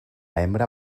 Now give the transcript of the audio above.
hembra